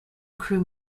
crew